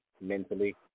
mentally